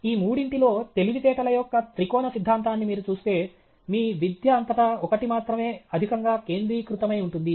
ఈ మూడింటిలో తెలివితేటల యొక్క త్రికోణ సిద్ధాంతాన్ని మీరు చూస్తే మీ విద్య అంతటా ఒకటి మాత్రమే అధికంగా కేంద్రీకృతమై ఉంటుంది